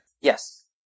Yes